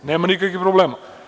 Nema nikakvih problema.